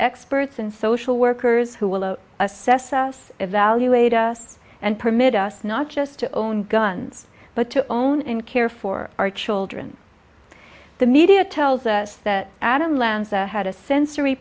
experts and social workers who will assess us evaluate us and permit us not just to own guns but to own and care for our children the media tells us that adam lanza had a sensory